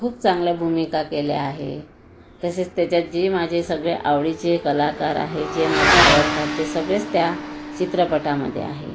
खूप चांगल्या भूमिका केल्या आहे तसेच त्याच्यात जे माझे सगळे आवडीचे कलाकार आहे जे मला आवडतात ते सगळेच त्या चित्रपटामध्ये आहे